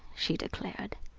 she declared.